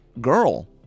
girl